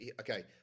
Okay